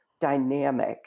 dynamic